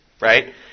Right